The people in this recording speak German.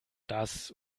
das